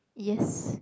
yes